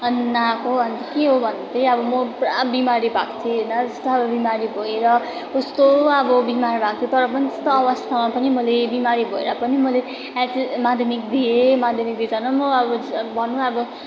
अनि नआएको अन्त के हो भन्दा चाहिँ म पुरा बिमारी भएको होइन यस्तो बिमारी भएर कस्तो अब बिमार भएको थिएँ तरपनि त्यस्तो अवस्थामा मैले बिमारी भएर पनि मैले एच ए माध्यमिक दिएँ माध्यमिकमा दिँदा पनि म अब भनूँ